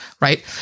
right